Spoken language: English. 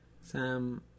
Sam